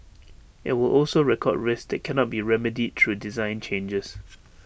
IT will also record risks that cannot be remedied through design changes